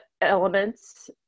elements